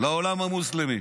לעולם המוסלמי.